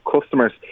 customers